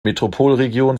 metropolregion